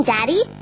Daddy